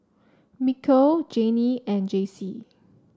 Mikal Jayne and Jaycee